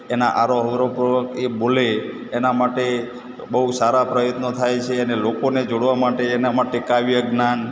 એના આરોહ અવરોહ પૂર્વક એ બોલે એના માટે બહુ સારા પ્રયત્નો થાય છે અને લોકોને જોડવા માટે એના માટે કાવ્ય જ્ઞાન